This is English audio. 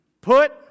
put